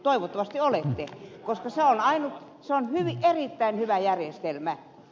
toivottavasti olette koska se on erittäin hyvä järjestelmä